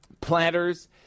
Planters